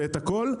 ובכול,